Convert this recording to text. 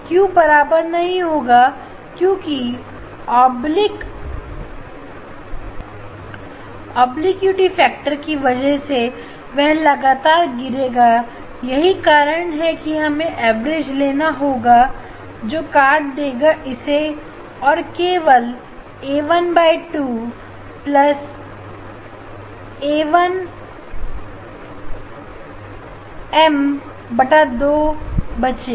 क्यों बराबर नहीं होगा क्योंकि ऑब्लिकटी सेक्टर की वजह से वह लगातार गिरेगा यही कारण है हमें एवरेज लेना होगा जो काट देगा इससे और केवल ए1 बटा 2 प्लस ए1्एमबटा दो बचेगा